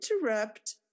interrupt